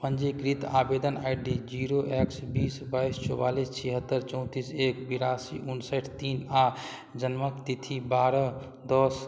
पञ्जीकृत आवेदन I D zero X बीस बाइस चौआलिस छिहत्तरि चौँतिस एक बेरासी उनसैठ तीन आओर जनमक तिथि बारह दस